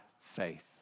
faith